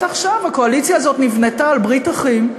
עכשיו: הקואליציה הזאת נבנתה על "ברית אחים"